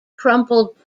crumpled